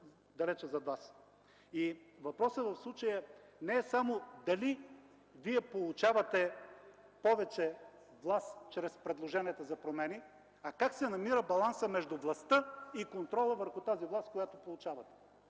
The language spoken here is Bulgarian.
далече зад Вас. Въпросът в случая не е само дали Вие получавате повече власт чрез предложенията за промени, а как се намира балансът между властта и контрола върху тази власт, която получавате?!